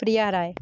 Priya Rai